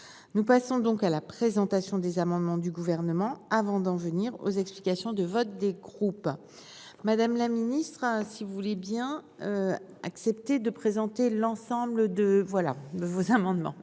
Nous passons donc à la présentation des amendements du gouvernement avant d'en venir aux explications de vote, des groupes. Madame la ministre a hein si vous voulez bien. Accepter de présenter l'ensemble de. Voilà mais vos amendements